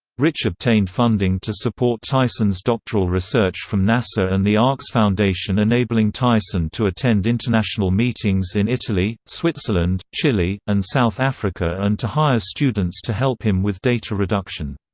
rich obtained funding to support tyson's doctoral research from nasa and the arcs foundation enabling tyson to attend international meetings in italy, switzerland, chile, and south africa and to hire students to help him with data reduction.